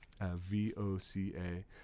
V-O-C-A